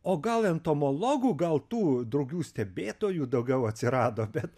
o gal entomologų gal tų drugių stebėtojų daugiau atsirado bet